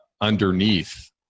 underneath